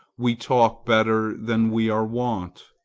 we talk better than we are wont.